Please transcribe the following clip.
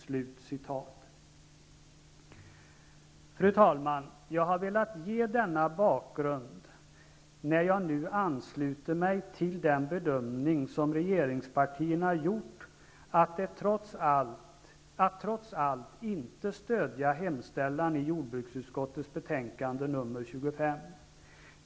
Fru talman! Jag har velat ge denna bakgrund innan jag nu ansluter mig till den bedömning som regeringspartierna gjort att trots allt inte stödja hemställan i jordbruksutskottets betänkande nr 25.